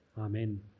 Amen